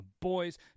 boys